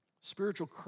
Spiritual